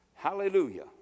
Hallelujah